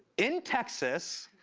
in texas,